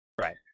right